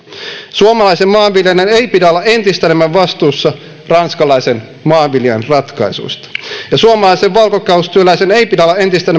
suomalaisen maanviljelijän ei pidä olla entistä enemmän vastuussa ranskalaisen maanviljelijän ratkaisuista ja suomalaisen valkokaulustyöläisen ei pidä olla entistä